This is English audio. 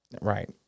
right